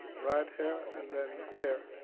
red hair. and then there.